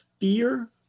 fear